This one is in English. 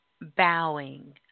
bowing